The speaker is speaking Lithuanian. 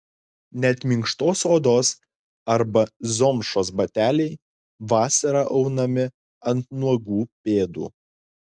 net minkštos odos arba zomšos bateliai vasarą aunami ant nuogų pėdų